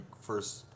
first